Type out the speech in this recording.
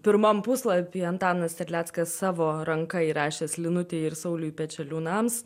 pirmam puslapyje antanas terleckas savo ranka įrašęs linutei ir sauliui pečeliūnams